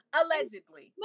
allegedly